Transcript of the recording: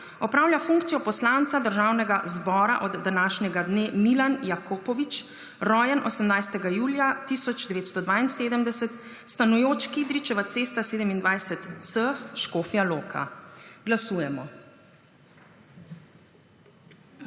opravlja funkcijo poslanca Državnega zbora od današnjega dne Milan Jakopovič, rojen 18. julija 1972, stanujoč Kidričeva cesta 27.c, Škofja Loka. Glasujemo.